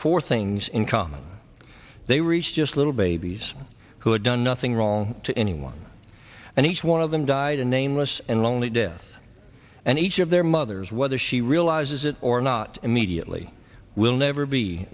four things in common they reached just a little babies who had done nothing wrong to anyone and each one of them died a nameless and lonely death and each of their mothers whether she realizes it or not immediately will never be